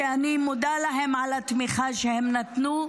ואני מודה להם על התמיכה שהם נתנו,